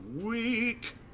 week